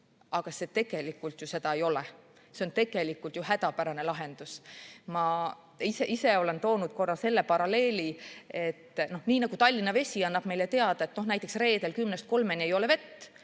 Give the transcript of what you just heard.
Aga see tegelikult seda ei ole. See on ju hädapärane lahendus. Ma ise olen toonud korra selle paralleeli, et nii nagu Tallinna Vesi annab meile teada, et näiteks reedel kella kümnest